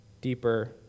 deeper